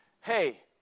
hey